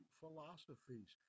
philosophies